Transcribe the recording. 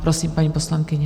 Prosím, paní poslankyně.